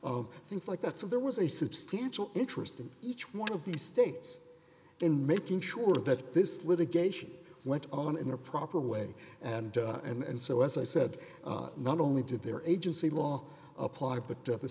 of things like that so there was a substantial interest in each one of the states in making sure that this litigation went on in the proper way and and so as i said not only did their agency law apply but the